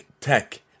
tech